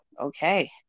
okay